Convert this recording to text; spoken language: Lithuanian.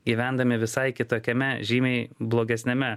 gyvendami visai kitokiame žymiai blogesniame